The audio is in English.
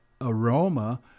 aroma